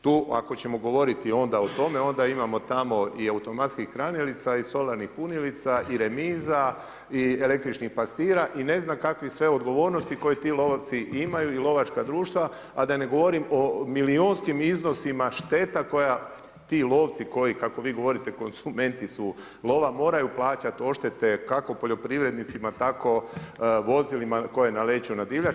Tu ako ćemo govoriti onda o tome, onda imamo tamo i automatskih kranilica i solarnih kunilica i remiza i električnih pastira i ne znam kakvih sve odgovornosti koji ti lovci imaju i lovačka društva, a da ne govorim o milijunskim iznosima šteta koja, koji ti lovci koji kako vi govorite, konzumenti su lova, moraju plaćati odštete kako poljoprivrednicima, tako vozilima koje naleću na divljač.